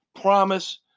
promise